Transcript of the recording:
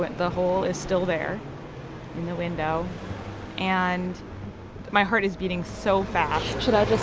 but the hole is still there in the window and my heart is beating so fast should i just